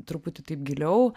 truputį taip giliau